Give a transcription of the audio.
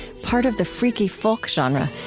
part of the freaky folk genre,